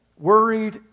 worried